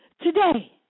today